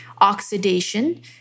oxidation